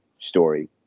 story